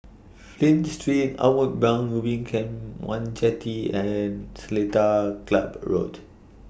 Flint Street Outward Bound Ubin Camp one Jetty and Seletar Club Road